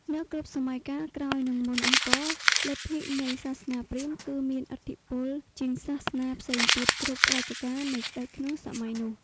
នៅគ្រប់់សម័យកាលក្រោយនិងមុនអង្គរលទ្ធិនៃសាសនាព្រាហ្មណ៍គឺមានឥទ្ធិពលជាងសាសនាផ្សេងទៀតគ្រប់រជ្ជកាលនៃស្តេចក្នុងសម័យនោះ។